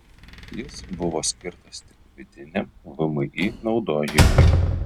jis buvo skirtas tik vidiniam vmi naudojimui